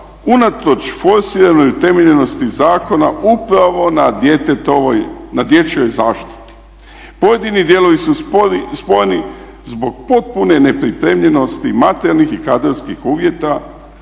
unatoč forsiranoj utemeljenosti zakona upravo na dječjoj zaštiti. Pojedini dijelovi su spojeni zbog potpune nepripremljenosti materijalnih i kadrovskih uvjeta,